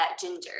ginger